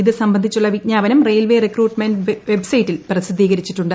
ഇതു സംബന്ധിച്ചുള്ള വിജ്ഞാപനം റെയിൽവേ റിക്രൂട്ട്മെന്റ് വെബ്സൈറ്റിൽ പ്രസിദ്ധീകരിച്ചിട്ടുണ്ട്